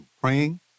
praying